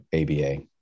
ABA